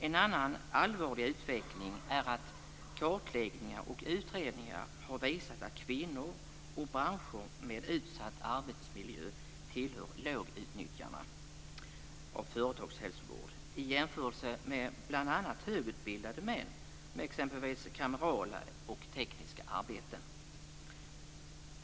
En annan allvarlig utveckling är att kartläggningar och utredningar har visat att kvinnor och branscher med utsatt arbetsmiljö tillhör "lågutnyttjarna" av företagshälsovård i jämförelse med bl.a. högutbildade män med exempelvis kamerala och tekniska arbeten.